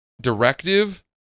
directive